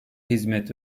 hizmet